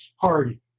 Party